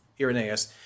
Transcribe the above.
Irenaeus